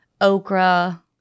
okra